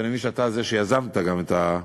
ואני מבין שאתה שיזמת את הדיון,